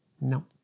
no